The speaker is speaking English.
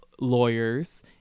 lawyers